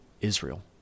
Israel